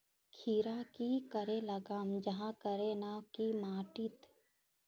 खीरा की करे लगाम जाहाँ करे ना की माटी त?